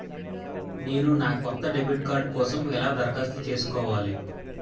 నేను నా కొత్త డెబిట్ కార్డ్ కోసం ఎలా దరఖాస్తు చేసుకోవాలి?